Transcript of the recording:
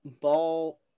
Ball